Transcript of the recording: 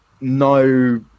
no